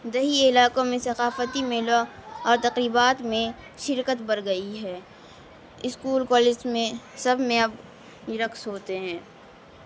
دیہی علاقوں میں ثقافتی میلہ اور تقریبات میں شرکت بڑھ گئی ہے اسکول کالج میں سب میں اب یہ رقص ہوتے ہیں